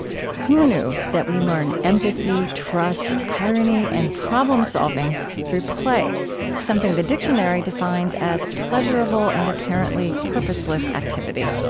who knew that we learn empathy, trust, irony, and problem solving through play something the dictionary defines as pleasurable and apparently purposeless activity.